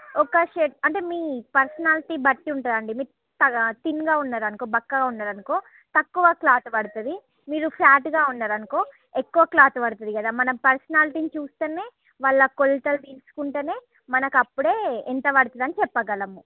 ఒక షర్ట్ అంటే మీ పర్సనాలిటీ బట్టి ఉంటుందండి మెత్తగా థిన్ గా ఉన్నారనుకో బక్కగ ఉన్నారనుకో తక్కువ క్లాత్ పడుతుంది మీరు ఫ్యాట్ గా ఉన్నరానుకో ఎక్కువ క్లాత్ పడుతుంది కదా మన పర్సనాలిటీ చూస్తేనే వాళ్ళ కొల్తలు తీసుకుంటేనే మనకప్పుడే ఎంత పడుతుందని చెప్పగలము